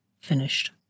finished